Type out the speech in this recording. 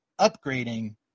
upgrading